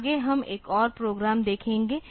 आगे हम एक और प्रोग्राम देखेंगे